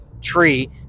tree